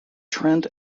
trent